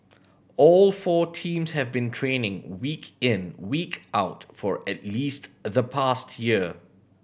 all four teams have been training week in week out for at least the past year